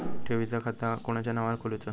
ठेवीचा खाता कोणाच्या नावार खोलूचा?